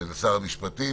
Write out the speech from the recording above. ולמשרד המשפטים